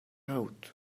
out